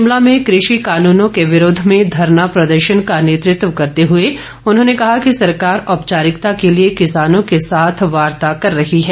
शिमला में कृषि कानूनों के विरोध में धरना प्रदर्शन का नेतृत्व करते हुए उन्होंने कहा कि सरकार औपचारिकता के लिए किसानों के साथ वार्ता कर रही है